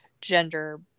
gender